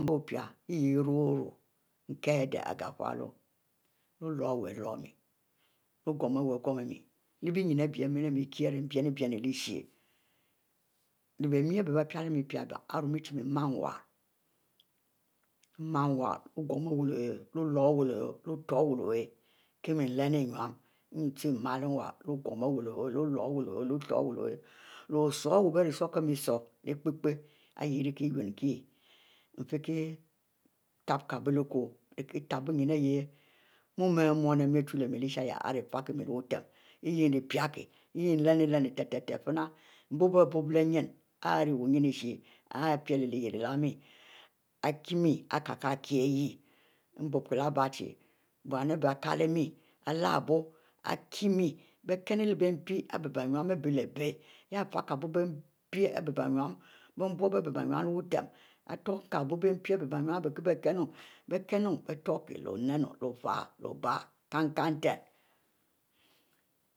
Mbiu opi yeh kie ari adeh i'gletule, leh oloro iwu iloro leh ogum iwu igum mie, leh-beynnie ari bie a'mele pie ari kieh mie ari binne-binnu isherieh, leh Bemi, ari bie arikielemie ma nwarr, leh ogum ari wu lo ihieh leh otro wu lo leh ogum iwu o ahieh kie mie lannu-eninu nyieh ute mie nimiele nwarr leh ogum iwu lo hieh leh otro iwu lo hieh leh oloro iwu lo ihieh leh osuri iwu bie rie suri ekpe kpe ari iuni kie nfiekie tubi kie bou leh kou, ari tubui binyin mu ari muie mie ichu leh mie lyishieh nunuie iri fieh mie lebutn ihieh nrri pie leh-fiena nbuiari buib lyine ari rie wuiine ishieh, ari piele lehyele ilehmie, ari kie mie, ari kie hieh nbuiboehic buyn ari bie ari kiele mie leh abui ari kieabui lara bui ari kie mie leh mpi abie benyin ari bie biele bie hieh afieh kie bui mpi benyin, buibub ari bie benyin leh butem ari tum kie bie biempi ari bie benyin kiekieh biekennu, leh fieh leh obie kenn-kenn nten